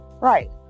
right